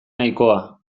nahikoa